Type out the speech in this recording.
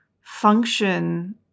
function